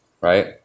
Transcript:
Right